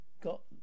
Got